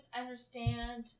understand